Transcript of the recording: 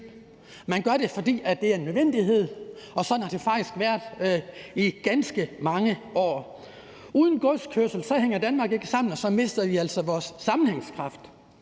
man gør det, fordi det er en nødvendighed. Og sådan har det faktisk været i ganske mange år. Uden godskørsel hænger Danmark ikke sammen; så mister vi altså vores sammenhængskraft.